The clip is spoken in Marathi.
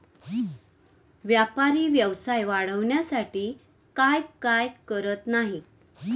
व्यापारी व्यवसाय वाढवण्यासाठी काय काय करत नाहीत